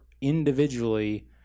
individually